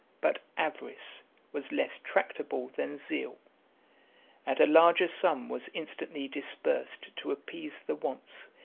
but avarice was less tractable than zeal and a larger sum was instantly disbursed to appease the wants,